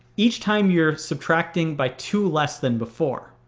each time you're subtracting by two less than before.